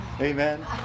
Amen